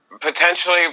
potentially